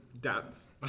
dance